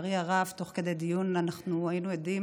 לצערי הרב, תוך כדי דיון אנחנו היינו עדים